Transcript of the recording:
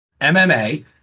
MMA